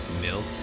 Milk